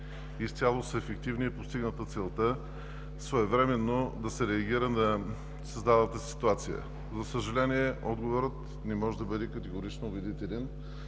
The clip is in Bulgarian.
изцяло са ефективни и е постигната целта своевременно да се реагира на създалата се ситуация? За съжаление, отговорът не може да бъде категорично убедителен